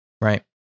right